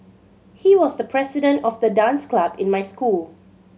he was the president of the dance club in my school